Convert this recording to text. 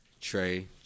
Trey